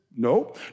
No